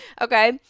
Okay